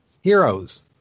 heroes